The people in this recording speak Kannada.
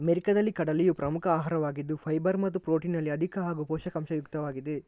ಅಮೆರಿಕಾದಲ್ಲಿ ಕಡಲೆಯು ಪ್ರಮುಖ ಆಹಾರವಾಗಿದ್ದು ಫೈಬರ್ ಮತ್ತು ಪ್ರೊಟೀನಿನಲ್ಲಿ ಅಧಿಕ ಹಾಗೂ ಪೋಷಕಾಂಶ ಯುಕ್ತವಾಗಿದೆ